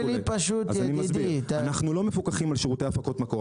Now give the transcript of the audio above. אנחנו לא מפוקחים על שירותי הפקות מקור,